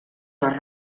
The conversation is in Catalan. les